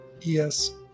Yes